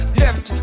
left